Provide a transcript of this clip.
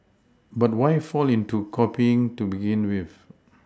but why fall into copying to begin with